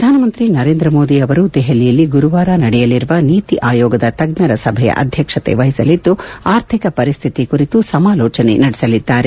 ಪ್ರಧಾನಮಂತ್ರಿ ನರೇಂದ್ರ ಮೋದಿ ಅವರು ದೆಹಲಿಯಲ್ಲಿ ಗುರುವಾರ ನಡೆಯಲಿರುವ ನೀತಿ ಆಯೋಗದ ತಜ್ಜರ ಸಭೆಯ ಅಧ್ಯಕ್ಷತೆ ವಹಿಸಲಿದ್ದು ಆರ್ಥಿಕ ಪರಿಸ್ಲಿತಿ ಕುರಿತು ಸಮಾಲೋಚನೆ ನಡೆಸಲಿದ್ದಾರೆ